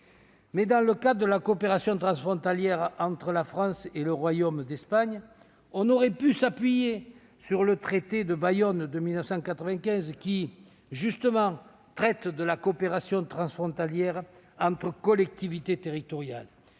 Dans le cas de la coopération transfrontalière entre la France et le Royaume d'Espagne, on aurait pu s'appuyer sur le traité de Bayonne de 1995, qui porte justement sur la coopération transfrontalière entre collectivités territoriales.